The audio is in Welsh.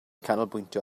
canolbwyntio